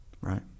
Right